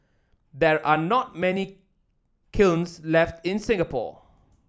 there are not many kilns left in Singapore